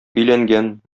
өйләнгән